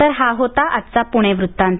तर हा होता आजचा पुणे वृत्तांत